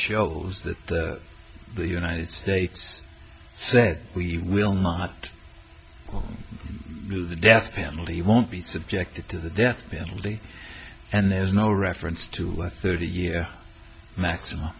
shows that the united states said we will not move the death penalty won't be subjected to the death penalty and there's no reference to what thirty year maximum